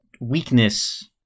weakness